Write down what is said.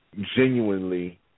genuinely